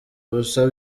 ubusa